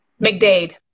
McDade